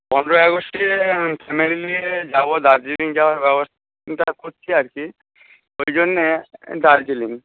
পনেরোই আগস্টে ফ্যামিলি নিয়ে যাবো দার্জিলিং যাওয়ার ব্যবস্থা করছি আর কি ওইজন্যে দার্জিলিং